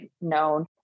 known